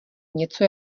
něco